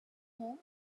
whom